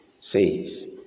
says